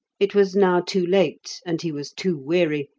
it was now too late, and he was too weary,